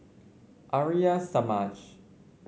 Arya Samaj